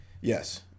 Yes